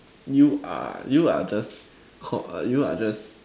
you are you are just hor you are just